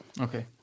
Okay